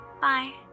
Bye